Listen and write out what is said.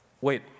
Wait